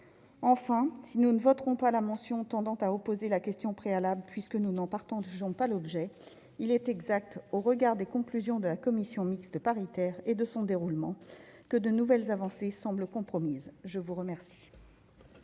Enfin, nous ne voterons pas la motion tendant à opposer la question préalable, puisque nous n'en partageons pas l'objet, mais il est exact, au regard des conclusions de la commission mixte paritaire et de son déroulement, que de nouvelles avancées semblent compromises. La parole